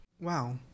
Wow